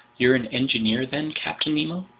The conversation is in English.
you're an engineer, then, captain nemo?